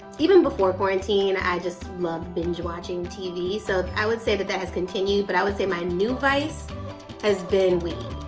even before quarantine, i just love binge watching tv. so i would say that that has continued, but i would say my new vice has been weed.